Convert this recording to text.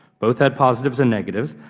both had positives and negatives,